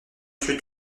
suis